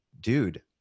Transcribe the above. dude